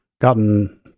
gotten